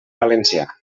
valencià